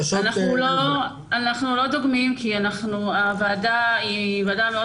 אנחנו לא דוגמים כי הוועדה היא ועדה מאוד